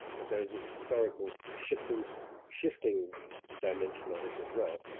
but there is this historical shifting so shifting dimension of it as well.